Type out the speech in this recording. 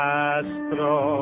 Castro